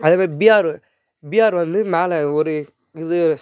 அதேமாரி PR PR வந்து மேலே ஒரு இது